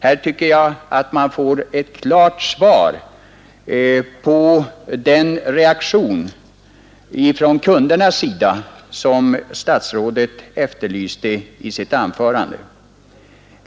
Här tycker jag att man får en klar reaktion från kundernas sida, vilket statsrådet efterlyste i sitt anförande.